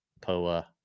POA